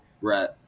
Right